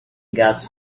gas